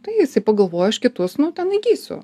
tai jisai pagalvojo aš kitus nu ten įgysiu